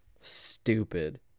Stupid